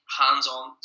hands-on